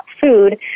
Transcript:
food